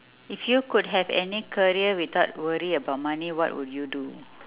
if you could have any career without worry about money what would you do